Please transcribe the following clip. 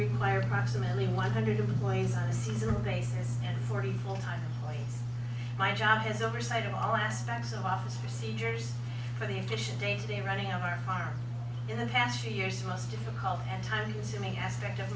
require approximately one hundred employees on a seasonal basis and forty fulltime employees my job has oversight of all aspects of office procedures for the efficient daytoday running of our farm in the past few years the most difficult and timeconsuming aspect of